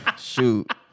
Shoot